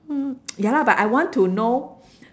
hmm ya lah but I want to know